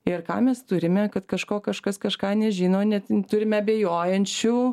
ir ką mes turime kad kažko kažkas kažką nežino net turime abejojančių